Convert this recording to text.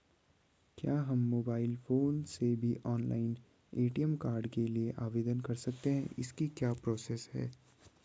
क्या हम mobile phone से भी ऑनलाइन ए.टी.एम कार्ड के लिए आवेदन कर सकते हैं इसकी क्या प्रोसेस है?